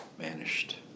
vanished